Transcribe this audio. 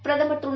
பிரதமர் திரு